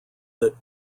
that